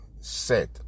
set